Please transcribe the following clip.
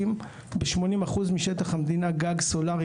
ב-80 אחוז משטח המדינה בכלל לא ניתן להקים גג סולרי,